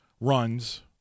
runs